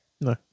no